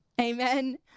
amen